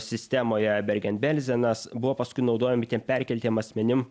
sistemoje bergen belzenas buvo paskui naudojami tiem perkeltiem asmenim